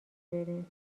برین